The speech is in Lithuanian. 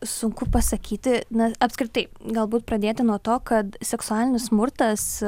sunku pasakyti na apskritai galbūt pradėti nuo to kad seksualinis smurtas